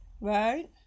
Right